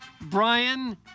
Brian